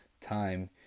time